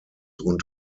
und